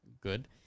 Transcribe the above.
Good